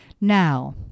Now